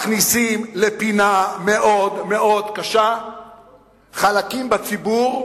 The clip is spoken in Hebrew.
מכניסים לפינה מאוד מאוד קשה חלקים בציבור,